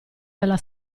della